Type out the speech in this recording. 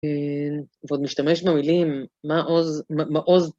ועוד משתמש במילים, מה עוז, מה עוז,